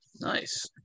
Nice